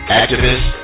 activist